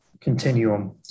continuum